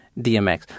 DMX